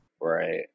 right